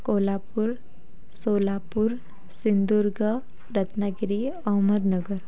Kolhapur Solapur Sindhudurg Ratnagiri Ahmednagar